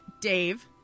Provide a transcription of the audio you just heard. Dave